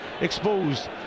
exposed